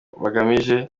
bugamije